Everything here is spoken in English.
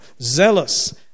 Zealous